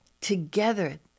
together